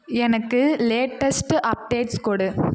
எனக்கு latest updates கொடு